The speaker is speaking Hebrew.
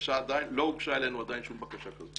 לא הוגשה אלינו עדיין שום בקשה כזו.